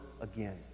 again